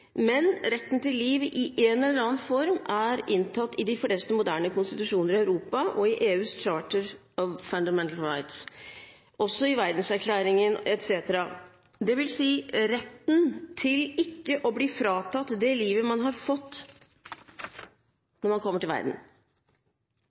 men retten til liv i en eller annen form er inntatt i de fleste moderne konstitusjoner i Europa og i EUs «Charter of Fundamental Rights» og også i Verdenserklæringen etc., dvs. retten til ikke å bli fratatt det livet man har fått